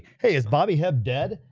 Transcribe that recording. hey is bobby hub. dead.